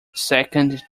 second